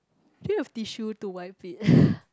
do you have tissue to wipe it